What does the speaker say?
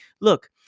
Look